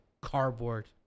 cardboard